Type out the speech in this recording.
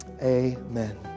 amen